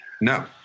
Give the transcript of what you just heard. No